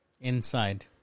inside